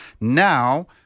Now